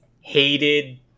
hated